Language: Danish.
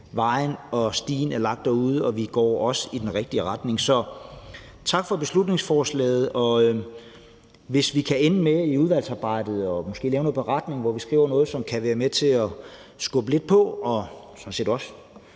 vejen er der, og vi ved også, at vi går i den rigtige retning. Så tak for beslutningsforslaget, og hvis vi i udvalgsarbejdet kan ende med en beretning, hvor vi skriver noget, der kan være med til at skubbe lidt på